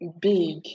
big